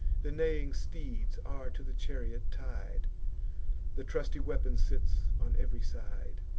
the neighing steeds are to the chariot tied the trusty weapon sits on ev'ry side.